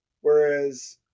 whereas